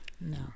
no